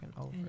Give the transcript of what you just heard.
over